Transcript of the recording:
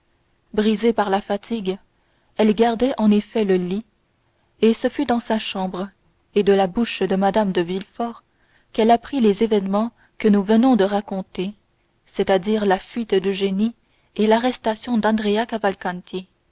brisée par la fatigue elle gardait en effet le lit et ce fut dans sa chambre et de la bouche de mme de villefort qu'elle apprit les événements que nous venons de raconter c'est-à-dire la fuite d'eugénie et l'arrestation d'andrea